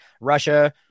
Russia